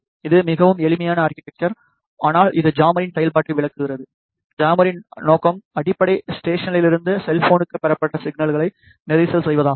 இது மிகவும் எளிமையான ஆர்கிடெக்ச்சர் ஆனால் இது ஜாமரின் செயல்பாட்டை விளக்குகிறது ஜாமரின் நோக்கம் அடிப்படை ஸ்டேஷனிலிருந்து செல்போனுக்கு பெறப்பட்ட சிக்னலை நெரிசல் செய்வதாகும்